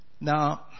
now